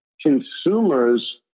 consumers